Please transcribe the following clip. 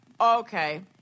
Okay